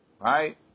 Right